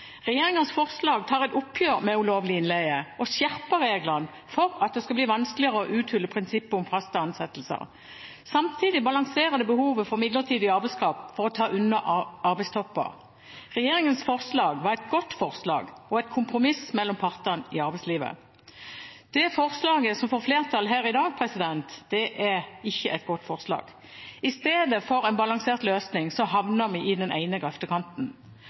forslag tar et oppgjør med ulovlig innleie og skjerper reglene for at det skal bli vanskeligere å uthule prinsippet om faste ansettelser. Samtidig balanserer det behovet for midlertidig arbeidskraft for å ta unna arbeidstopper. Regjeringens forslag var et godt forslag, og et kompromiss mellom partene i arbeidslivet. Det forslaget som får flertall her i dag, er ikke et godt forslag. I stedet for en balansert løsning havner vi i den ene grøftekanten.